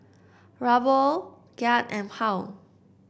Ruble Kyat and Pound